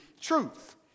truth